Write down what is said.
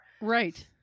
Right